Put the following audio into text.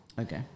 Okay